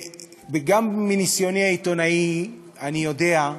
גם מניסיוני העיתונאי אני יודע,